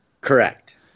Correct